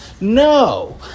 No